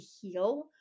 heal